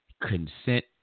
Consent